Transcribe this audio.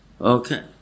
okay